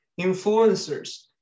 influencers